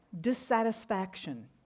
dissatisfaction